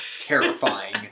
terrifying